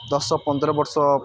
ଦଶ ପନ୍ଦର ବର୍ଷ